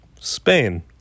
Spain